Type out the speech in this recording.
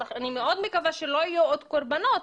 אני מאוד מקווה שלא יהיו עוד קורבנות.